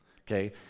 Okay